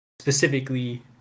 specifically